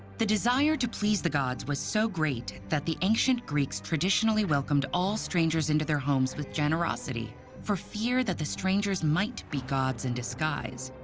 the desire to please the gods was so great that the ancient greeks traditionally welcomed all strangers into their homes with generosity for fear that the strangers might be gods in disguise.